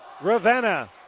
Ravenna